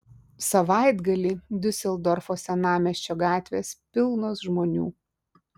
savaitgalį diuseldorfo senamiesčio gatvės pilnos žmonių